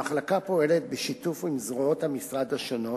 המחלקה פועלת בשיתוף עם זרועות המשרד השונות,